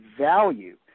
value